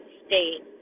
state